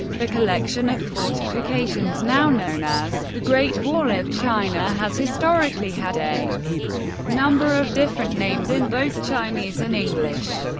the collection of fortifications now known as the great wall of china has historically had a number of different names in both chinese and english.